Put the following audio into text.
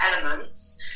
elements